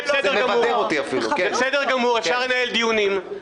זה בסדר גמור, אפשר לנהל דיונים.